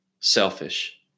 selfish